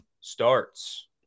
starts